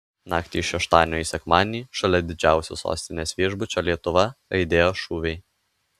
naktį iš šeštadienio į sekmadienį šalia didžiausio sostinės viešbučio lietuva aidėjo šūviai